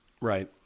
Right